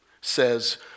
says